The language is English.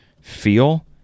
feel